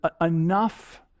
enough